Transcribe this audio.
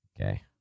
Okay